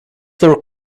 their